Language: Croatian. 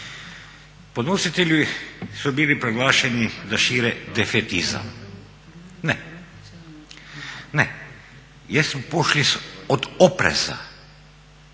Podnositelji su bili proglašeni da šire defetizam. Ne, ne, jesu pošli od opreza